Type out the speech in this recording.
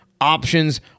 options